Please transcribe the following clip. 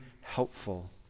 helpful